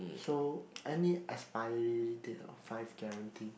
so any expiry date of five guarantee